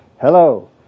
Hello